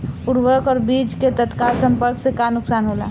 उर्वरक और बीज के तत्काल संपर्क से का नुकसान होला?